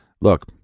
Look